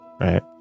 right